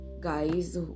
guys